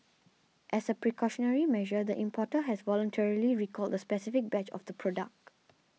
as a precautionary measure the importer has voluntarily recalled the specific batch of the product